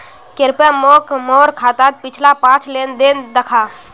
कृप्या मोक मोर खातात पिछला पाँच लेन देन दखा